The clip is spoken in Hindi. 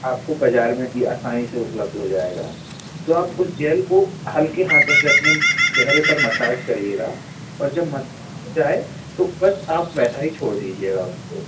आपको बाज़ार में भी आसानी से उपलब्ध हो जाएगा तो आप उस जेल को हल्के हाथों से अपने चहरे पर मसाज करिएगा और जब मसाज हो जाए तो बस आप वैसा ही छोड़ दीजिएगा उसको